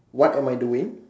what am I doing